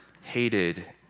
hated